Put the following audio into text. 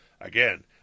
Again